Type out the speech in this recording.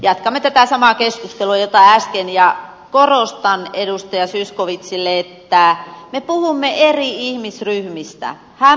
jatkamme tätä samaa keskustelua kuin äsken ja korostan edustaja zyskowiczille että me puhumme eri ihmisryhmistä